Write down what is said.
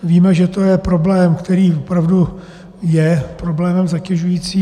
Víme, že to je problém, který opravdu je problémem zatěžujícím.